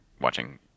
watching